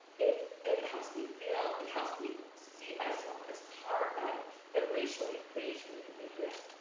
it it helps me feel, it helps me see myself as part of the racial equation in the us.